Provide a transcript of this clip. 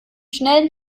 schnellen